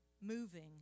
moving